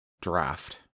draft